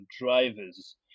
drivers